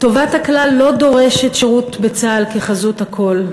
טובת הכלל לא דורשת שירות בצה"ל כחזות הכול.